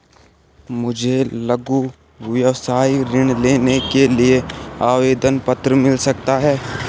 मुझे लघु व्यवसाय ऋण लेने के लिए आवेदन पत्र मिल सकता है?